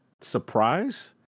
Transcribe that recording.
surprise